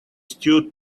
stew